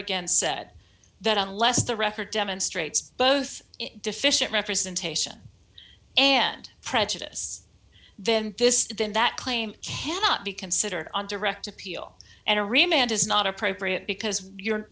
again said that unless the record demonstrates both deficient representation and prejudice then this then that claim cannot be considered on direct appeal and to remain and is not appropriate because you're